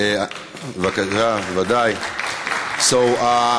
(מחיאות כפיים) So,